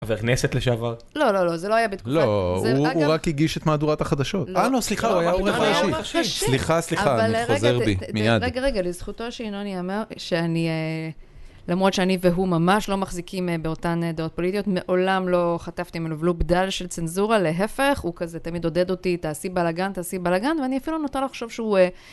חבר כנסת לשעבר? לא, לא, לא, זה לא היה בתקופת... לא, הוא רק הגיש את מהדורת החדשות. אה, לא, סליחה, הוא היה עורך ראשי. סליחה, סליחה, אני חוזר בי מיד. רגע, רגע, לזכותו של ינון יאמר שאני... למרות שאני והוא ממש לא מחזיקים באותן דעות פוליטיות, מעולם לא חטפתי ממנו ולו בדל של צנזורה, להפך, הוא כזה תמיד עודד אותי, תעשי בלאגן, תעשי בלאגן, ואני אפילו נוטה לחשוב שהוא...